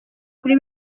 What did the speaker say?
kuri